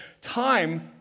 time